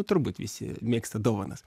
turbūt visi mėgsta dovanas